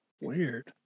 Weird